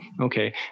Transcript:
Okay